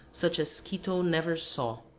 such as quito never saw.